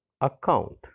account